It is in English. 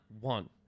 one